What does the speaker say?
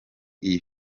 iyi